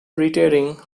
retiring